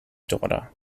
daughter